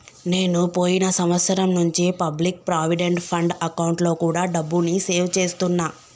నేను పోయిన సంవత్సరం నుంచి పబ్లిక్ ప్రావిడెంట్ ఫండ్ అకౌంట్లో కూడా డబ్బుని సేవ్ చేస్తున్నా